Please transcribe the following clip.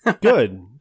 Good